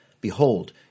Behold